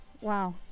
wow